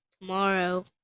tomorrow